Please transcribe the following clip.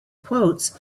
quotes